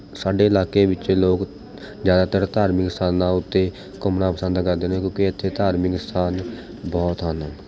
ਸਾਡੇ ਇਲਾਕੇ ਵਿੱਚ ਲੋਕ ਜ਼ਿਆਦਾਤਰ ਧਾਰਮਿਕ ਸਥਾਨਾਂ ਉੱਤੇ ਘੁੰਮਣਾ ਪਸੰਦ ਕਰਦੇ ਨੇ ਕਿਉਂਕਿ ਇੱਥੇ ਧਾਰਮਿਕ ਸਥਾਨ ਬਹੁਤ ਹਨ